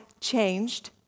changed